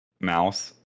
mouse